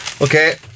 Okay